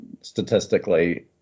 statistically